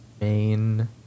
main